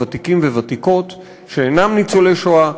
ותיקים וותיקות שאינם ניצולי השואה,